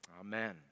Amen